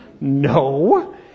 no